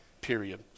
period